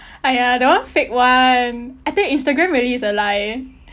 !aiya! that one fake [one] I think instagram really is a lie eh